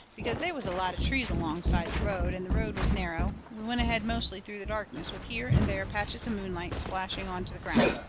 because they was a lot of trees alongside the road, and the road was narrow, we went ahead mostly through the darkness, with here and there patches of moonlight splashed onto the ground.